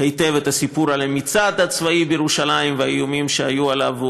היטב את הסיפור על המצעד הצבאי בירושלים והאיומים שהיו עליו,